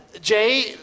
Jay